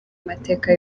mateka